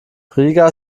riga